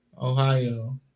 Ohio